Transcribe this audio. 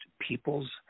people's